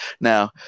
Now